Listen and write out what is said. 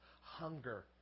hunger